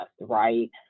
right